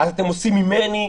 אז אתם עושים ממני,